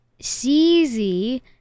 CZ